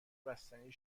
بستنی